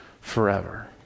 forever